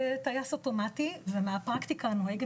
זה טייס אוטומטי ומהפרקטיקה הנוהגת